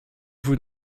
vous